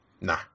Nah